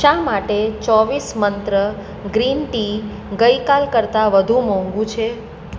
શા માટે ચોવીસ મંત્ર ગ્રીન ટી ગઈ કાલ કરતાં વધુ મોંઘુ છે